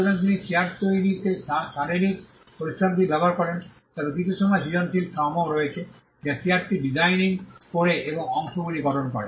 সুতরাং তিনি চেয়ার তৈরিতে তার শারীরিক পরিশ্রমটি ব্যবহার করেন তবে কিছু সময় সৃজনশীল শ্রমও রয়েছে যা চেয়ারটি ডিজাইনিং করে এবং অংশগুলি গঠন করে